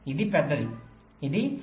ఇది పెద్దది ఇది 5